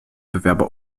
bewerber